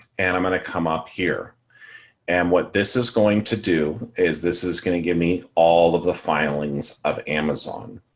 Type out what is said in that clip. and i'm going to come up here and what this is going to do is this is going to give me all of the filings of amazon.